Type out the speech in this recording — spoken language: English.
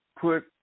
put